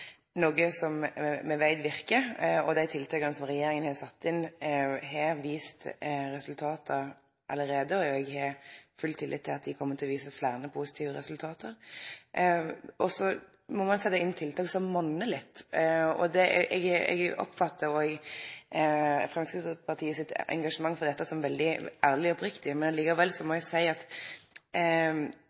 noko som me veit verkar, og dei tiltaka som regjeringa har sett inn, har vist resultat allereie. Eg har full tillit til at dei kjem til å vise fleire positive resultat. Ein må setje inn tiltak som monnar litt. Eg oppfattar Framstegspartiet sitt engasjement for dette som veldig ærleg og oppriktig. Men likevel må eg seie at